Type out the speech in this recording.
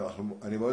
הכול בהסכמה.